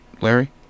Larry